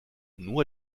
nur